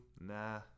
Nah